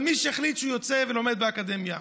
אבל יש מי שהחליט שהוא יוצא ולומד באקדמיה.